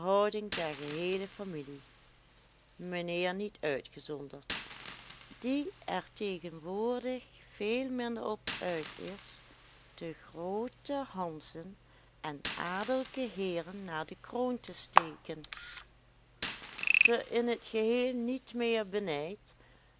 der geheele familie mijnheer niet uitgezonderd die er tegenwoordig veel minder op uit is de groote hanzen en adellijke heeren naar de kroon te steken ze in het geheel niet meer